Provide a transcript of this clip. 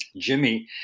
jimmy